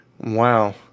Wow